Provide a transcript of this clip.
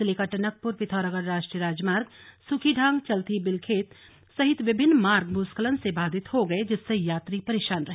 जिले का टनकपुर पिथौरागढ़ राष्ट्रीय राजमार्ग सुखिढांग चल्थी बेलखेत सहित विभिन्न मार्ग भूस्खलन से बाधित हो गए जिससे यात्री परेशान रहे